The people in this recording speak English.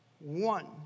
one